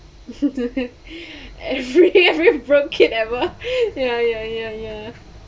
every every broke kid ever ya ya ya